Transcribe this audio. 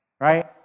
right